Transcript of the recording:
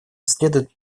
следует